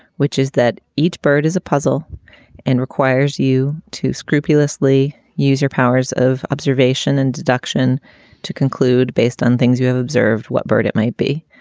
which is that each bird is a puzzle and requires you to scrupulously use your powers of observation and deduction to conclude based on things you have observed what bird it might be.